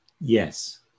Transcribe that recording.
Yes